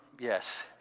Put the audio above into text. Yes